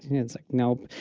it's like, nope,